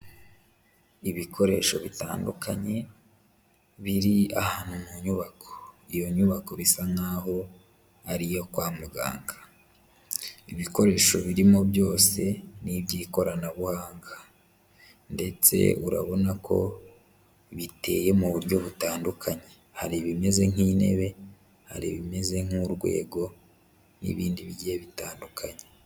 Ibikoresho bitandukanye, biri ahantu mu nyubako, iyo nyubako bisa nkaho ari iyo kwa muganga, ibikoresho birimo byose n'iby'ikoranabuhanga ndetse urabona ko biteye mu buryo butandukanye, hari ibimeze nk'intebe, hari bimeze nk'urwego n'ibindi bigiye bitandukanye.